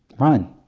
run.